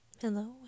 Hello